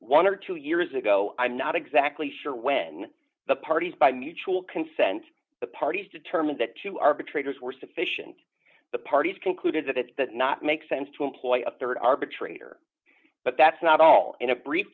one or two years ago i'm not exactly sure when the parties by mutual consent the parties determine that two arbitrators were sufficient the parties concluded that it's not make sense to employ a rd arbitrator but that's not all in a brief